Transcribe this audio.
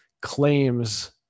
claims